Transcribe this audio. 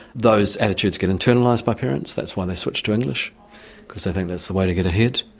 those attitudes get internalised by parents, that's why they switch to english because they think that's the way to get ahead.